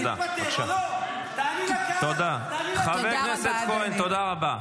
תודה רבה,